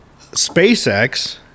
SpaceX